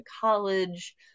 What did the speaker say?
college